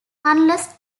unless